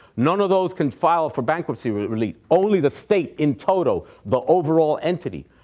none of those can file for bankruptcy relief. only the state in total, the overall entity.